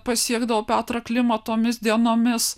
pasiekdavo petrą klimą tomis dienomis